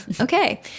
Okay